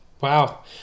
Wow